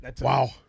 Wow